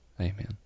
Amen